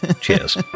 cheers